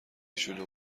شلوغ